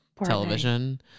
television